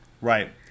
Right